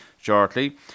shortly